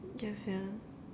yeah sia